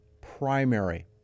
primary